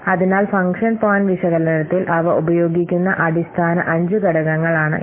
അതിനാൽ function point വിശകലനത്തിൽ അവ ഉപയോഗിക്കുന്ന അടിസ്ഥാന അഞ്ച് ഘടകങ്ങളാണ് ഇവ